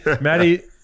Maddie